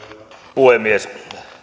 puhemies